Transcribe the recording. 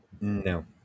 No